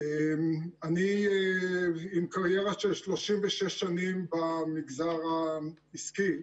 אני עם קריירה של 36 שנים במגזר העסקי.